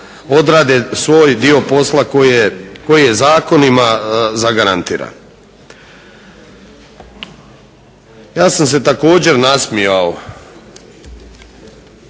odrade svoj dio posla koji je zakonima zagarantiran. Ja sam se također nasmijao